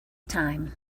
time